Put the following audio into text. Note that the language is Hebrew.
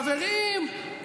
חברים,